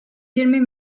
yirmi